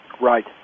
Right